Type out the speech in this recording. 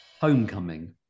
Homecoming